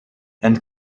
and